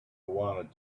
wanted